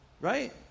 Right